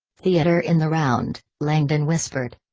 theater in the round, langdon whispered.